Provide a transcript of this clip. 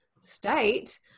state